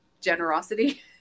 generosity